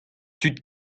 tud